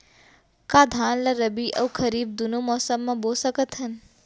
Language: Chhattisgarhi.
का धान ला रबि अऊ खरीफ दूनो मौसम मा बो सकत हन?